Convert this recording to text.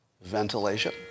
ventilation